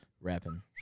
rapping